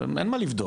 אין מה לבדוק,